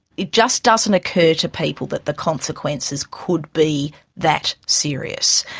it just doesn't occur to people that the consequences could be that serious.